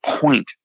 point